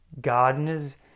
gardeners